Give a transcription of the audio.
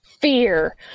fear